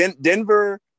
Denver